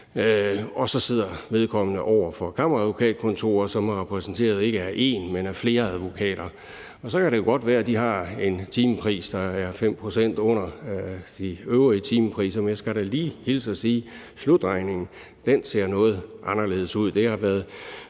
og så sidder vedkommende over for kammeradvokatkontoret, som er repræsenteret ikke af én, men af flere advokater. Så kan det godt være, at de har en timepris, der ligger 5 pct. under de øvrige timepriser, men jeg skal da lige hilse og sige, at slutregningen ser noget anderledes ud.